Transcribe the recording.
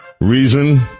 Reason